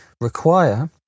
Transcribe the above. require